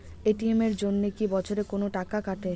ATM এর জন্যে কি বছরে কোনো টাকা কাটে?